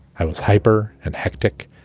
i was hyper and hectic.